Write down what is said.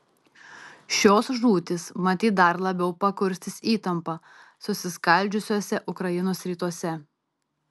šios žūtys matyt dar labiau pakurstys įtampą susiskaldžiusiuose ukrainos rytuose